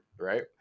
right